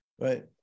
right